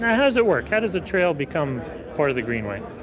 now how does it work? how does a trail become part of the greenway?